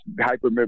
hyper